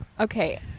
Okay